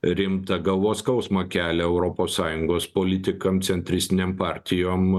rimtą galvos skausmą kelia europos sąjungos politikam centristinėm partijom